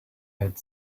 had